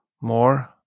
more